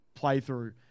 playthrough